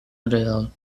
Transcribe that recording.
real